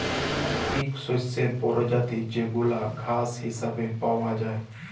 ইক শস্যের পরজাতি যেগলা ঘাঁস হিছাবে পাউয়া যায়